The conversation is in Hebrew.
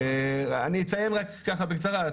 אני אציין רק בקצרה,